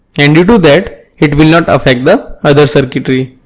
and due to that, it will not affect the other circuitry.